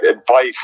advice